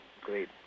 great